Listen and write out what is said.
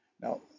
Now